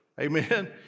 Amen